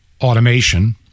automation